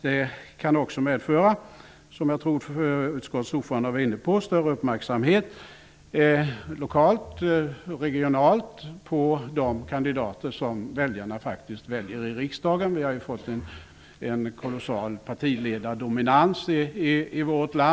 Det kan också medföra -- vilket jag tror att utskottets ordförande var inne på -- större uppmärksamhet lokalt och regionalt på de kandidater som väljarna utser till riksdagen. Vi har i vårt land fått en kolossal partiledardominans.